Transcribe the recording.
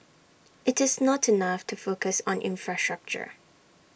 IT is not enough to focus on infrastructure